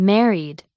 Married